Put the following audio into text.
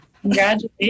congratulations